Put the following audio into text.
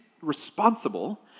responsible